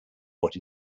what